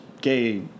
gay